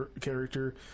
character